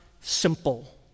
simple